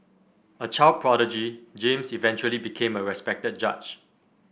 a child prodigy James eventually became a respected judge